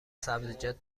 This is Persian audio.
سبزیجات